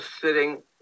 sitting